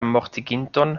mortiginton